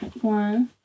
one